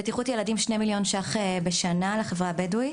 בטיחות ילדים מוקצים כ-2 מיליון שקלים לחברה הבדואית,